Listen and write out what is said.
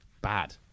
bad